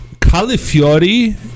Califiori